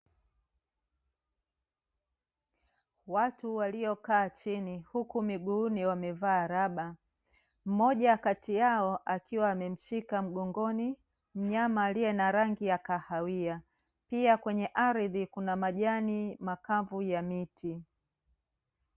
Watu waliokaa chini huku miguuni wamevaa raba, mmoja kati yao akiwa amemshika mgongoni mnyama aliye na rangi ya kahawia. Pia kwenye ardhi kuna majani makavu ya miti.